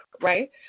right